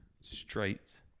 straight